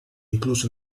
incluso